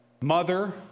mother